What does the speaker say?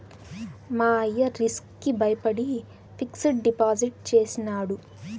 మా అయ్య రిస్క్ కి బయపడి ఫిక్సిడ్ డిపాజిట్ చేసినాడు